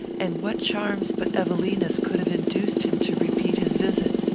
and what charms but evelina's could have induced him to repeat his visit?